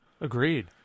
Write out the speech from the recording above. Agreed